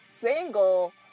single